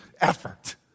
effort